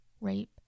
Rape